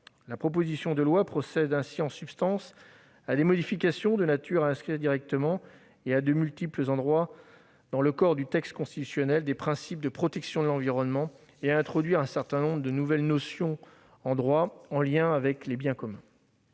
La proposition de loi procède, en substance, à des modifications de nature à inscrire directement et à de multiples endroits dans le corps du texte constitutionnel des principes de protection de l'environnement et à introduire un certain nombre de notions nouvelles en droit, en lien avec les « biens communs